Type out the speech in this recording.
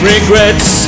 Regrets